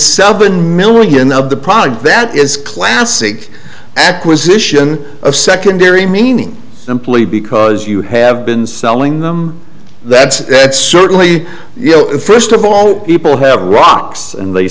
seven million of the product that is classic acquisition of secondary meaning simply because you have been selling them that's it's certainly you know first of all people have rocks and they